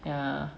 ya